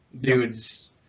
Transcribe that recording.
Dude's